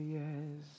yes